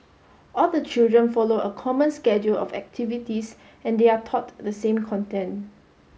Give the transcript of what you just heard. all the children follow a common schedule of activities and they are taught the same content